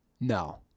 No